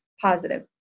positive